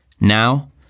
Now